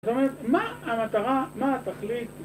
זאת אומרת, מה המטרה? מה התכלית?